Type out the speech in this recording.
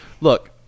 look